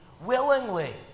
willingly